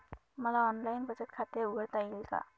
मला ऑनलाइन बचत खाते उघडता येईल का?